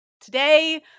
Today